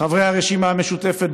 חברי הרשימה המשותפת,